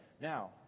Now